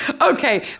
okay